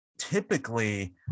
typically